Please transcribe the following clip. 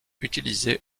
utilisé